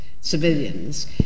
civilians